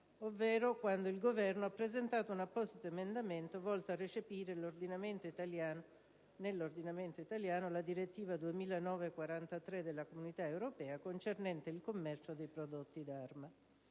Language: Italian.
ovvero quando il Governo ha presentato un apposito emendamento volto a recepire nell'ordinamento italiano la direttiva 2009/43/CE concernente il commercio dei prodotti d'arma.